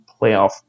playoff